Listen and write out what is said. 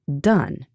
done